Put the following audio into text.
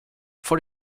for